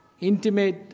intimate